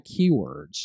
keywords